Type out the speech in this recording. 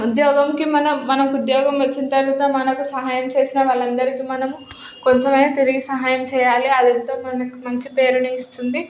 ఉద్యోగంకి మనం మనకు ఉద్యోగం వచ్చిన తర్వాత మనకు సహాయం చేసిన వాళ్ళందరికీ మనము కొంచమైనా తిరిగి సహాయం చేయాలి అది ఎంతో మనకి మంచి పేరుని ఇస్తుంది